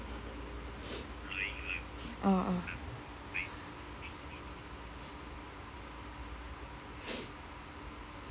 oh